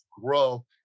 grow